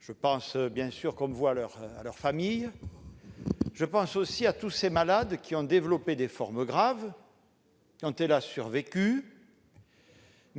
Je pense bien sûr, comme vous, à leurs familles, mais aussi à tous ces malades qui ont développé des formes graves, quand ils ont survécu,